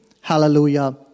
Hallelujah